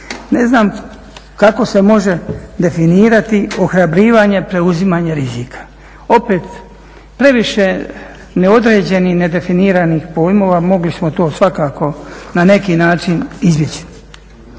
Ne znam kako se može definirati ohrabrivanje preuzimanje rizika. Opet previše neodređenih i nedefiniranih pojmova, mogli smo to svakako na neki način izbjeći.